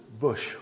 bush